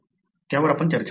त्यावर आपण चर्चा करू